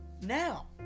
Now